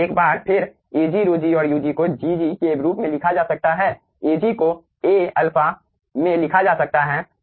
एक बार फिर Ag ρg और ug को Gg के रूप में लिखा जा सकता है Ag को A अल्फा में लिखा जा सकता है